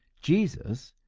jesus,